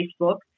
Facebook